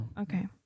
Okay